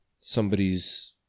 somebody's